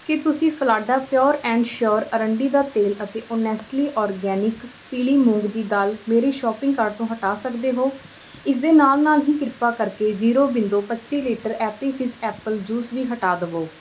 ਕੀ ਤੁਸੀਂ Phalada pure and sure ਆਰੰਡੀ ਦਾ ਤੇਲ ਅਤੇ ਓਨੈਸਟਲੀ ਆਰਗੈਨਿਕ ਪੀਲੀ ਮੂੰਗ ਦੀ ਦਾਲ ਮੇਰੇ ਸ਼ੋਪਿੰਗ ਕਾਰਟ ਤੋਂ ਹਟਾ ਸਕਦੇ ਹੋ ਇਸ ਦੇ ਨਾਲ ਨਾਲ ਹੀ ਕ੍ਰਿਪਾ ਕਰਕੇ ਜੀਰੋ ਬਿੰਦੋ ਪੱਚੀ litre Appy Fizz apple juice ਵੀ ਹਟਾ ਦੇਵੋ